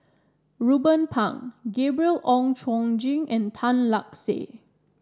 Ruben Pang Gabriel Oon Chong Jin and Tan Lark Sye